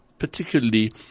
particularly